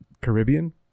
Caribbean